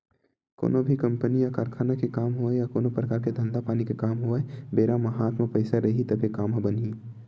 कोनो भी कंपनी या कारखाना के काम होवय या कोनो परकार के धंधा पानी के काम होवय बेरा म हात म पइसा रइही तभे काम ह बनही